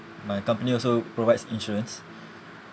my company also provides insurance